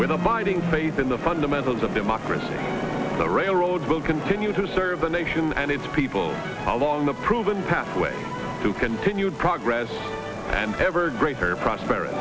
with abiding faith in the fundamentals of democracy the railroad will continue to serve the nation and its people along the proven pathway to continued progress and ever greater prosperity